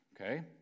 Okay